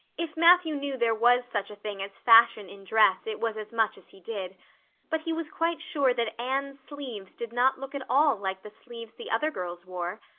if matthew knew there was such a thing as fashion in dress it was as much as he did but he was quite sure that anne's sleeves did not look at all like the sleeves the other girls wore.